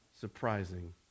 surprising